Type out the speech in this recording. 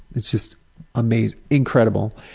it's just amazing, incredible.